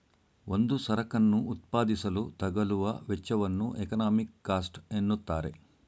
ಒಂದು ಸರಕನ್ನು ಉತ್ಪಾದಿಸಲು ತಗಲುವ ವೆಚ್ಚವನ್ನು ಎಕಾನಮಿಕ್ ಕಾಸ್ಟ್ ಎನ್ನುತ್ತಾರೆ